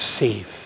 safe